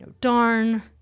darn